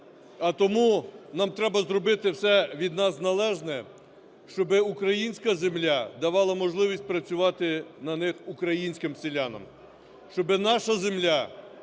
А тому нам треба зробити все від нас належне, щоб українська земля давала можливість працювати на них українським селянам. Щоб наша земля